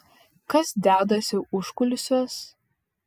kas dedasi užkulisiuos